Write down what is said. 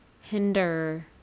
hinder